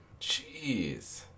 Jeez